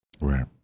Right